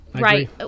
Right